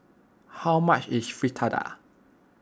how much is Fritada